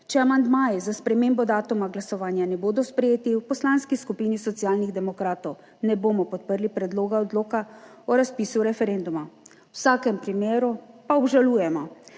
če amandmaji za spremembo datuma glasovanja ne bodo sprejeti, v Poslanski skupini Socialnih demokratov ne bomo podprli predloga odloka o razpisu referenduma, v vsakem primeru pa obžalujemo,